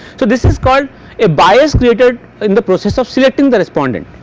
so this is called a bias created in the process of selecting the respondent